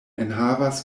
enhavas